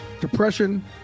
Depression